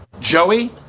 Joey